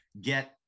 get